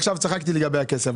צחקתי לגבי הכסף.